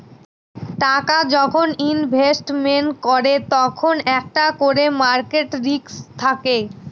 টাকা যখন ইনভেস্টমেন্ট করে তখন একটা করে মার্কেট রিস্ক থাকে